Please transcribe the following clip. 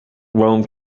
rome